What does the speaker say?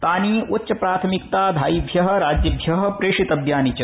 तानि उच्च प्राथमिकता धायिश्य राज्येभ्यप्रेषितव्यानि च